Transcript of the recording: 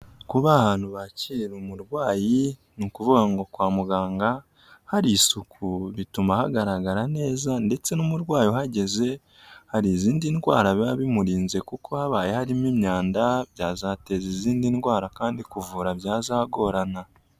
Kuba aha hantu bakirira umurwayi ni ukuvuga ngo kwa muganga hari isuku bituma hagaragara neza, ndetse n'umurwayi uhageze hari izindi ndwara biba bimurinze, kuko habaye harimo imyanda byazateza izindi ndwara kandi kuvura byazagorana.